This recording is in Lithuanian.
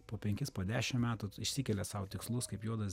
po penkis po dešimt metų išsikelia sau tikslus kaip juodas